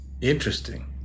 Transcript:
interesting